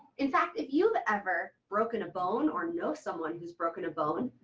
in fact, if you've ever broken a bone or know someone who's broken a bone,